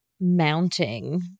mounting